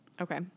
Okay